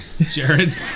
Jared